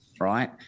right